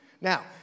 Now